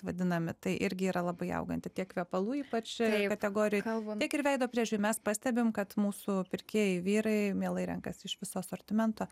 vadinami tai irgi yra labai auganti tiek kvepalų ypač kategorijai tiek ir veido priežiūrai mes pastebim kad mūsų pirkėjai vyrai mielai renkasi iš viso asortimento